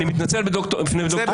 אני מתנצל בפני ד"ר בקשי אם פגעתי בך.